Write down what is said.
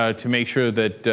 ah to make sure that